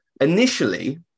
initially